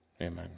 Amen